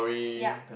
ya